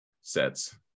sets